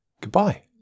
Goodbye